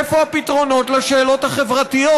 איפה הפתרונות לשאלות החברתיות?